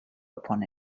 upon